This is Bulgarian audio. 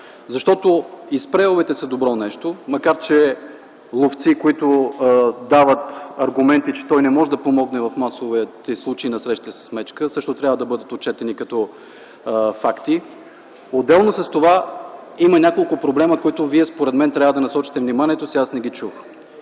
Защото и спрейовете са добро нещо, макар че ловци, които дават аргументи, че той не може да помогне в масовите случаи на срещи с мечка, също трябва да бъдат отчетени като факти. Отделно с това има няколко проблема, които Вие според мен трябва да насочите вниманието си, а аз не ги чух.